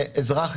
אזרח,